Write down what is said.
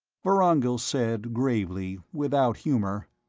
vorongil said gravely, without humor,